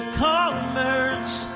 commerce